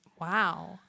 Wow